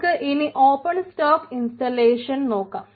നമുക്ക് ഇനി open stack ഇൻസ്റ്റലേഷനിലേക്ക് നോക്കാം